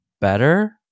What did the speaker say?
better